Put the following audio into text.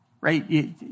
right